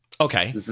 Okay